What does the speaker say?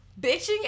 bitching